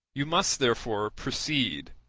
you must therefore proceed.